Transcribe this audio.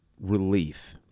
relief